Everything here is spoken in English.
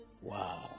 wow